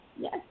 yes